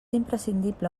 imprescindible